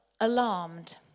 alarmed